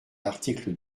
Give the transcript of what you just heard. l’article